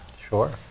Sure